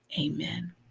Amen